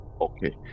Okay